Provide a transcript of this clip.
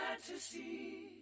fantasy